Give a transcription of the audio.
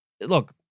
look